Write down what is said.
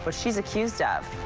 but she's accused of.